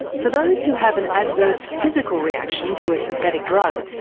for those who have an adverse physical reaction to a synthetic drug,